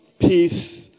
peace